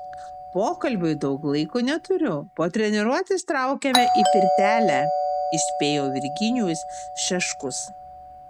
pokalbiui daug laiko neturiu po treniruotės traukiame į pirtelę įspėjo virginijus šeškus